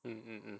mm mm mm